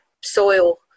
soil